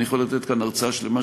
אני יכול לתת כאן הרצאה שלמה,